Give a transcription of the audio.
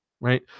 right